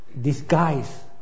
disguise